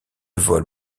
vols